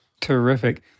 Terrific